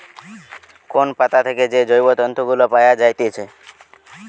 কোন পাতা থেকে যে জৈব তন্তু গুলা পায়া যাইতেছে